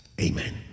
Amen